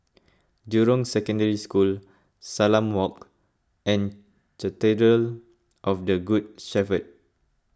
Jurong Secondary School Salam Walk and Cathedral of the Good Shepherd